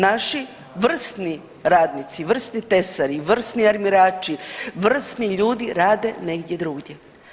Naši vrsni radnici, vrsni tesari, vrsni armirači, vrsni ljudi rade negdje drugdje.